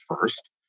first